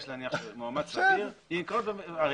יש להניח שמועמד סביר --- זה קצת,